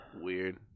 weird